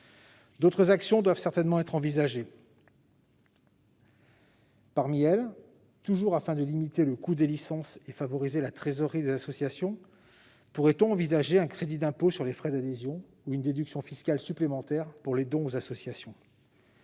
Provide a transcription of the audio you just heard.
D'autres actions doivent certainement être envisagées. Dans cette perspective, et toujours afin de limiter le coût des licences et de favoriser la trésorerie des associations, pourrait-on réfléchir à un crédit d'impôt sur les frais d'adhésion ou à une déduction fiscale supplémentaire pour les dons aux associations ?